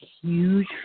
huge